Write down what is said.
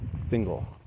single